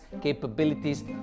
capabilities